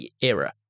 era